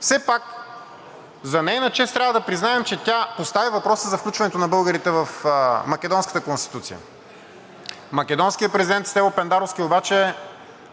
все пак за нейна чест трябва да признаем, че тя постави въпроса за включването на българите в македонската Конституция. Македонският президент Стево Пендаровски обаче